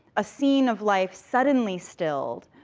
a scene of life suddenly stilled,